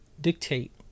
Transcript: dictate